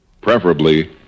Preferably